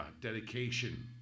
Dedication